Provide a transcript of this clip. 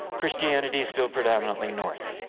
christianity is still predominantly north.